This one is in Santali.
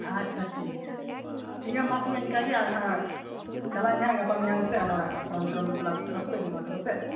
ᱟᱪᱪᱷᱟ ᱴᱷᱤᱠ ᱜᱮᱭᱟ ᱴᱷᱤᱠ ᱜᱮᱭᱟ ᱢᱟ ᱛᱚᱵᱮ ᱤᱱᱠᱟᱹ ᱜᱮ ᱟᱨ ᱦᱟᱸᱜ ᱪᱟᱞᱟᱜ ᱟᱹᱧ ᱦᱟᱸᱜ ᱜᱟᱯᱟ ᱢᱮᱭᱟᱝ ᱥᱮᱫ ᱚᱱᱟ ᱯᱷᱚᱨᱚᱢ ᱴᱚᱨᱚᱢ ᱯᱷᱤᱞᱟᱯ ᱴᱤᱞᱟᱯᱛᱮ ᱡᱚᱢᱟ ᱴᱚ ᱠᱟᱛᱮᱫ